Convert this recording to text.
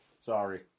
Sorry